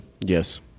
Yes